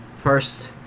First